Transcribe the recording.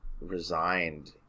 resigned